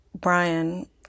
Brian